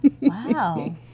Wow